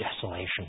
desolation